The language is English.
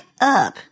up